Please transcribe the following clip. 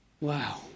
wow